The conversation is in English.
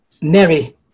Neri